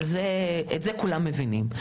את זה כולם מבינים.